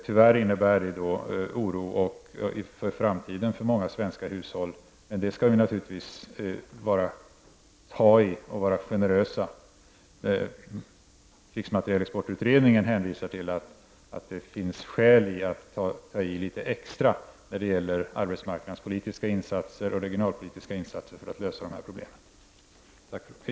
Tyvärr innebär det här även en oro inför framtiden för många svenska hushåll. Men den saken skall vi naturligtvis ta tag i, och vi skall även vara generösa. Krigsmaterielexportutredningen hänvisar till att det finns skäl att ta i litet extra när det gäller arbetsmarknadspolitiska och regionalpolitiska insatser för att lösa dessa problem.